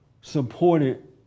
supported